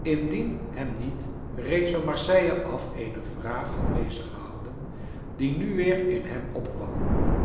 indien hem niet reeds van marseille af eene vraag had beziggehouden die nu weer in hem opkwam